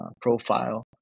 profile